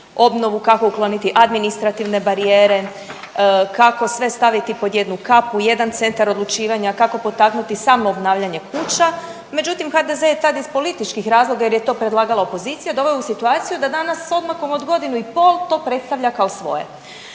obnovu, kako ukloniti administrativne barijere, ako sve staviti pod jednu kapu u jedan centar odlučivanja, kako potaknuti samoobnavljanje kuća, međutim, HDZ je tad iz političkih razloga jer je to predlagala opozicija doveo u situaciju da danas s odmakom od godinu i pol to predstavlja kao svoje.